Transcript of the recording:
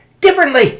differently